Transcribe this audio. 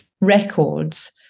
records